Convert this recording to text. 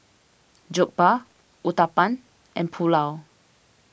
Jokbal Uthapam and Pulao